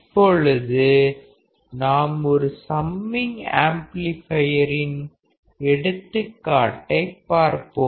இப்பொழுது நாம் ஒரு சம்மிங் ஆம்ப்ளிபயரின் எடுத்துக்காட்டைப் பார்ப்போம்